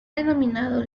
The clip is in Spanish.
denominado